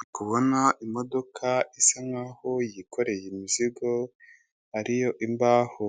Ndikubona imodoka isa nkaho yikoreye imizigo ariyo imbaho